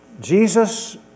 Jesus